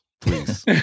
Please